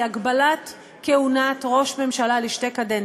להגבלת כהונת ראש ממשלה לשתי קדנציות.